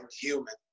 human